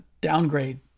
downgrade